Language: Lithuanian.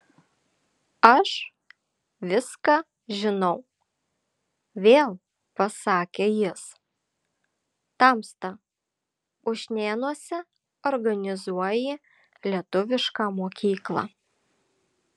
aš viską žinau vėl pasakė jis tamsta ušnėnuose organizuoji lietuvišką mokyklą